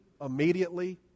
immediately